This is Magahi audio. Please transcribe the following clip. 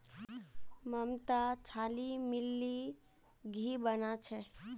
ममता छाली मिलइ घी बना छ